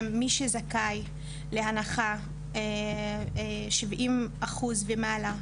הם מי שזכאי להנחה 70 אחוז ומעלה,